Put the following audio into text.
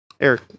Eric